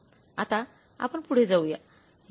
आता आपण पुढे जाऊया